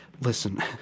listen